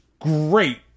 great